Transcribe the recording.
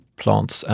plants